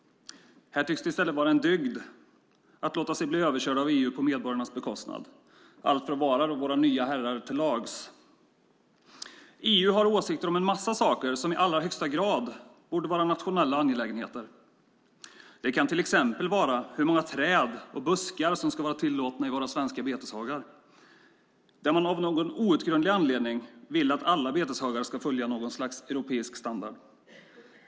Här tycks det i stället vara en dygd att låta sig bli överkörd av EU på medborgarnas bekostnad, allt för att vara våra nya herrar till lags. EU har åsikter om en massa saker som i allra högsta grad borde vara nationella angelägenheter. Det kan till exempel vara hur många träd och buskar som ska vara tillåtna i våra svenska beteshagar, där man av någon outgrundlig anledning vill att alla beteshagar ska följa något slags europeisk standard.